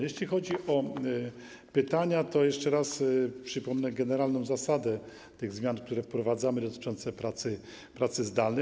Jeśli chodzi o pytania, to jeszcze raz przypomnę generalną zasadę tych zmian, które wprowadzamy, dotyczącą pracy zdalnej.